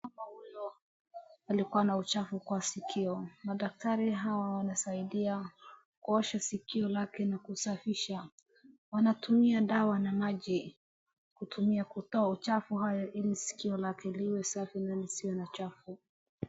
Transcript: Mama huyo alikuwa na uchafu kwa sikio. Madakitari hawa wanasaidia kuosha sikio lake na kusafisha. Wanatumia dawa na maji kutumia kutoa uchafu hili sikio lake liwe safi na lisiwe na chafu.